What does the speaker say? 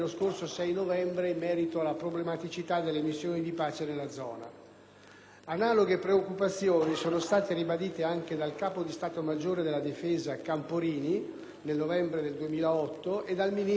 Analoghe preoccupazioni sono state ribadite anche dal Capo di Stato maggiore della difesa, Camporini, nel novembre 2008 e dal Ministro della difesa il 10 dicembre 2008 innanzi alla Commissione difesa.